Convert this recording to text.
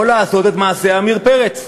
או לעשות את מעשה עמיר פרץ,